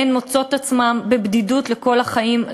והן מוצאות את עצמן בבדידות לכל החיים,